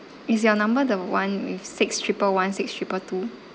is your number the one with six triple one six triple two